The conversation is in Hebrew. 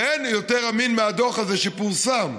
ואין יותר אמין מהדוח הזה שפורסם,